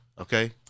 okay